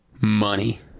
money